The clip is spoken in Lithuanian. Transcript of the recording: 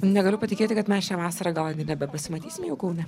negaliu patikėti kad mes šią vasarą gal nebepasimatysime jau kaune